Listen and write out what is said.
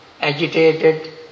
agitated